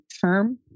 term